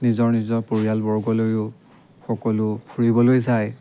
নিজৰ নিজৰ পৰিয়ালবৰ্গ লৈও সকলো ফুৰিবলৈ যায়